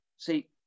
See